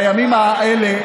בימים האלה,